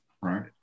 right